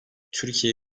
türkiye